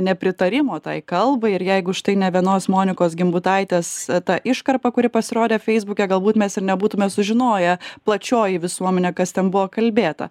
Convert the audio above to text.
nepritarimo tai kalbai ir jeigu štai ne vienos monikos gimbutaitės ta iškarpa kuri pasirodė feisbuke galbūt mes ir nebūtume sužinoję plačioji visuomenė kas ten buvo kalbėta